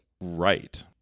Right